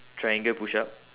triangle push-up